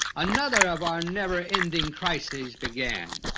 another of our never-ending crises began.